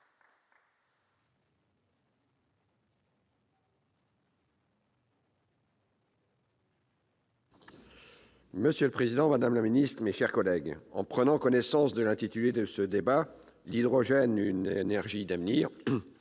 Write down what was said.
Monsieur le président, madame la secrétaire d'État, mes chers collègues, en prenant connaissance de l'intitulé de ce débat, « L'hydrogène, une énergie d'avenir »,